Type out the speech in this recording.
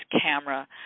camera